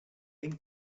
then